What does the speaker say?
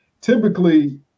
typically